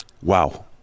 Wow